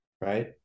right